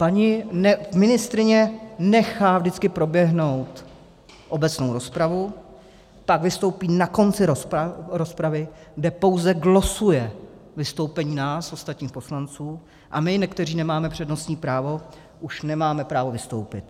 Paní ministryně nechá vždycky proběhnout obecnou rozpravu, pak vystoupí na konci rozpravy, kde pouze glosuje vystoupení nás, ostatních poslanců, a my, kteří nemáme přednostní právo, už nemáme právo vystoupit.